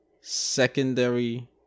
Secondary